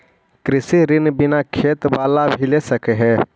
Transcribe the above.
कृषि ऋण बिना खेत बाला भी ले सक है?